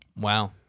Wow